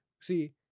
See